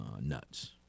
nuts